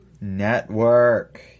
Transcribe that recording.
Network